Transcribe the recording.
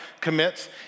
commits